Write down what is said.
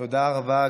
תודה רבה.